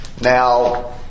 Now